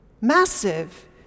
Massive